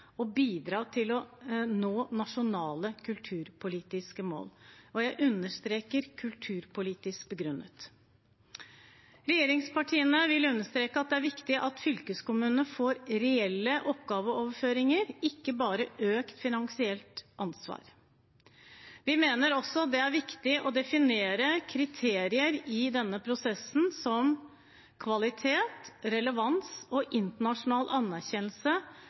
og bidra til å nå nasjonale kulturpolitiske mål – og jeg understreker kulturpolitisk begrunnet. Regjeringspartiene vil understreke at det er viktig at fylkeskommunene får reelle oppgaveoverføringer, ikke bare økt finansielt ansvar. Vi mener også det er viktig å definere kriterier i denne prosessen, som kvalitet, relevans og internasjonal anerkjennelse